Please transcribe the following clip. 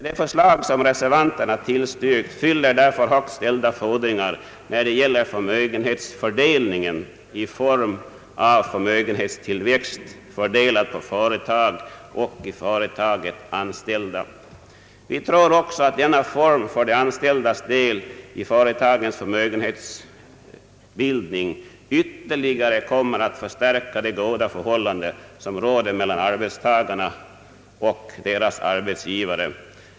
Det förslag som reservanterna tillstyrkt fyller därför högt ställda fordringar när det gäller förmögenhetsfördelningen i form av förmögenhetstillväxt, fördelad på företag och i företaget anställda. Vi tror också att denna form för de anställdas del i företagens förmögenhetsbildning ytterligare kommer att förstärka det goda förhållande, som råder mellan arbetstagarna och deras arbetsgivare.